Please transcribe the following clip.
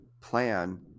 plan